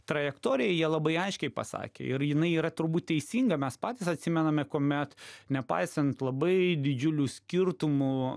trajektoriją jie labai aiškiai pasakė ir jinai yra turbūt teisinga mes patys atsimename kuomet nepaisant labai didžiulių skirtumų